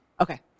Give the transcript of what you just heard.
Okay